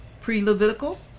pre-Levitical